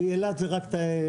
כי אילת זה רק --- לא,